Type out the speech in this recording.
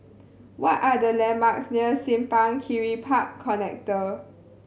what are the landmarks near Simpang Kiri Park Connector